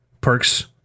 perks